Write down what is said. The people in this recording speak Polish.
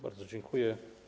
Bardzo dziękuję.